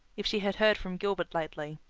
if she had heard from gilbert lately.